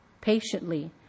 patiently